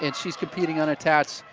and she's competing unattached.